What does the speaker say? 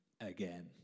again